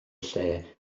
lle